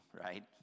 right